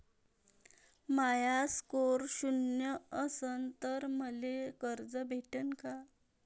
माया score शून्य असन तर मले कर्ज भेटन का?